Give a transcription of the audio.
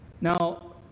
Now